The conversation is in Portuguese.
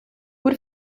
por